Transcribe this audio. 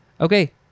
okay